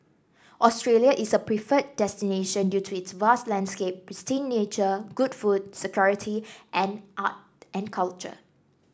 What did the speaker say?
Australia is a preferred destination due to its vast landscape pristine nature good food security and art and culture